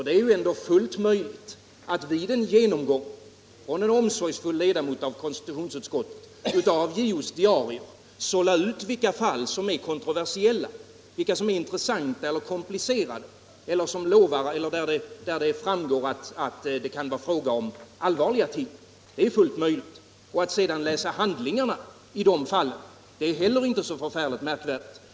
Det är dock fullt möjligt för en omsorgsfull ledamot av konstitutionsutskottet att vid en genomgång av JO:s diarier sålla ut vilka fall som är kontroversiella, intressanta eller komplicerade eller fall där det framgår att det kan vara fråga om allvarliga ting. Att sedan läsa handlingarna i de fallen är heller inte så förfärligt märkvärdigt.